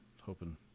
hoping